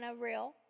real